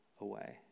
away